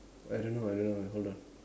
I don't know I don't know hold on